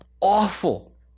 awful